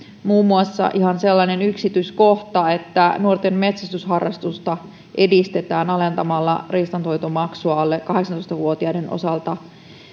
muun muassa ihan sellainen yksityiskohta että nuorten metsästysharrastusta edistetään alentamalla riistanhoitomaksua alle kahdeksantoista vuotiaiden osalta